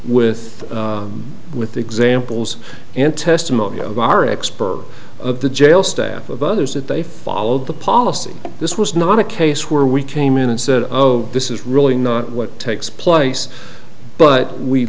with with the examples and testimony of our expert of the jail staff of others that they followed the policy this was not a case where we came in and said oh this is really not what takes place but we